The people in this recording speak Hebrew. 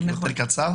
רק יותר קצר?